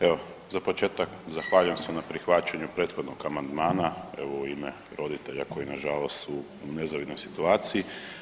Evo za početak zahvaljujem se na prihvaćanju prethodnog amandmanu, evo u ime roditelja koji nažalost su u nezavidnoj situaciji.